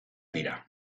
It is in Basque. dira